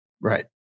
Right